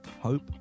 hope